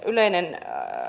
yleinen